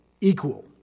equal